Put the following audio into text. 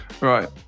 right